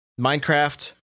Minecraft